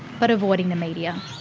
but avoiding the media.